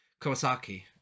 Kawasaki